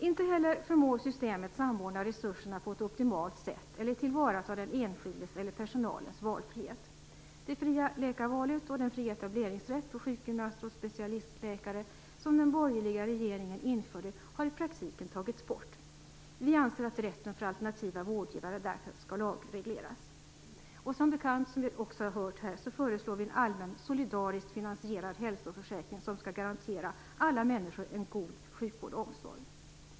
Inte heller förmår systemet samordna resurserna på ett optimalt sätt eller tillvarata den enskildes eller personalens valfrihet. Det fria läkarvalet och den fria etableringsrätt för sjukgymnaster och specialistläkare som den borgerliga regeringen införde har i praktiken tagits bort. Vi anser att rätten för alternativa vårdgivare därför skall lagregleras. Som bekant föreslår vi också en allmän solidariskt finansierad hälsoförsäkring som skall garantera alla människor en god sjukvård och omsorg.